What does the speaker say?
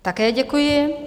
Také děkuji.